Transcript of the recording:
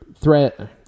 threat